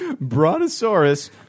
brontosaurus